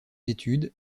études